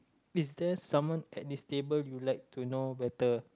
is there someone at this table you like to know better